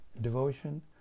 devotion